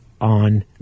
on